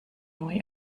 neu